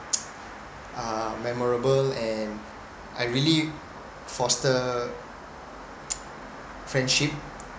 uh memorable and I really foster friendship